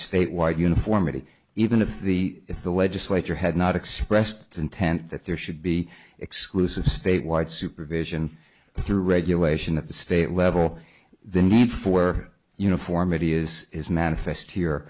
statewide uniformity even if the if the legislature had not expressed intent that there should be exclusive statewide supervision through regulation at the state level the need for uniformity is manifest here